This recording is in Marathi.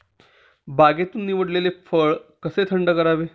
बागेतून निवडलेले फळ कसे थंड करावे?